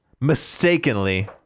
Mistakenly